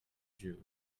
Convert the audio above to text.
jew